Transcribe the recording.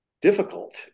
difficult